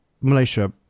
Malaysia